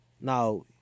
now